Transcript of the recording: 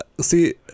See